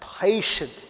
patient